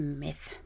myth